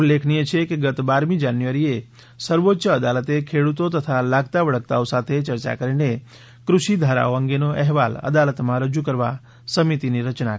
ઉલ્લેખનીય છે કે ગત બારમી જાન્યુઆરીએ સર્વોચ્ય અદાલતે ખેડૂતો તથા લાગતવળગતાઓ સાથે ચર્ચા કરીને કૃષિધારાઓ અંગેનો અહેવાલ અદાલતમાં રજુ કરવા સમિતીની રચના કરી હતી